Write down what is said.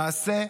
למעשה,